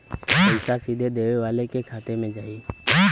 पइसा सीधे देवे वाले के खाते में जाई